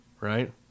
right